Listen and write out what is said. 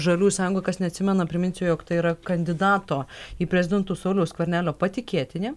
žaliųjų sąjunga kas neatsimena priminsiu jog tai yra kandidato į prezidentus sauliaus skvernelio patikėtinė